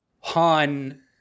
Han